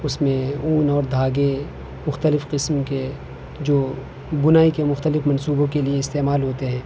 اس میں اون اور دھاگے مختلف قسم کے جو بنائی کے مختلف منصوبوں کے لیے استعمال ہوتے ہیں